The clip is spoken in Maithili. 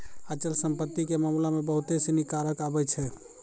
अचल संपत्ति के मामला मे बहुते सिनी कारक आबै छै